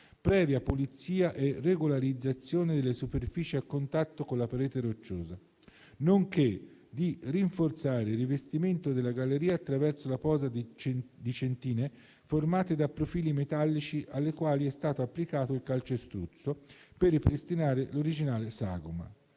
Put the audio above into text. previa pulizia e regolarizzazione delle superfici a contatto con la parete rocciosa, nonché di rinforzare il rivestimento della galleria attraverso la posa di centine formate da profili metallici, alle quali è stato applicato il calcestruzzo per ripristinare l'originale sagoma.